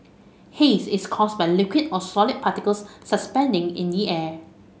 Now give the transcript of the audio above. haze is caused by liquid or solid particles suspending in the air